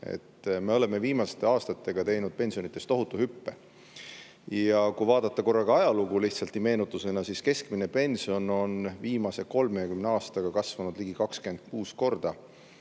Me oleme viimaste aastatega teinud pensionides tohutu hüppe. Ja kui vaadata korraga ajalugu, lihtsalt meenutusena, siis keskmine pension on viimase 30 aastaga kasvanud ligi 26 korda.